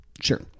sure